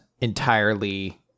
entirely